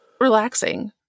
relaxing